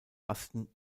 asten